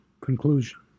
conclusion